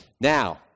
Now